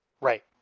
Right